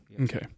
Okay